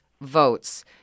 votes